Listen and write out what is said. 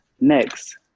Next